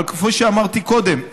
אבל כפי שאמרתי קודם,